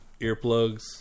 Earplugs